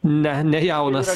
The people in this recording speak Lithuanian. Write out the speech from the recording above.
ne nejaunas